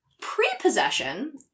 Pre-possession